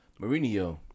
Mourinho